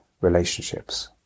relationships